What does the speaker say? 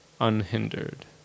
unhindered